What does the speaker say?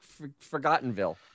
Forgottenville